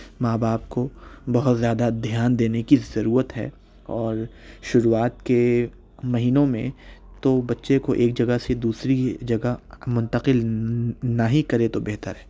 ماں باپ کو بہت زیادہ دھیان دینے کی ضرورت ہے اور شروعات کے مہینوں میں تو بچے کو ایک جگہ سے دوسری جگہ منتقل نہ ہی کرے تو بہتر ہے